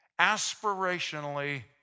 aspirationally